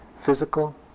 physical